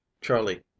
Charlie